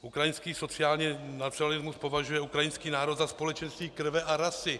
Ukrajinský sociální nacionalismus považuje ukrajinský národ za společenství krve a rasy.